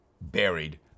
buried